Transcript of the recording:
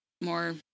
more